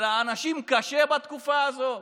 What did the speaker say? שלאנשים קשה בתקופה הזו,